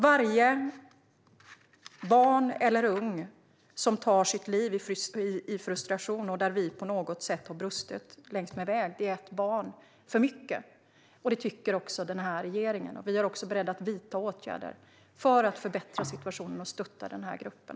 Varje barn eller ung person som tar sitt liv i frustration, och där vi på något sätt har brustit längs med vägen, är ett barn för mycket. Det tycker också regeringen. Vi är också beredda att vidta åtgärder för att förbättra situationen och stötta gruppen.